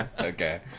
Okay